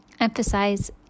emphasize